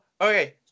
Okay